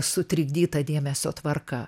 sutrikdyta dėmesio tvarka